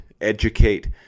educate